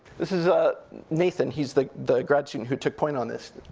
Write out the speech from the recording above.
this is ah nathan, he's the the grad student who took point on this.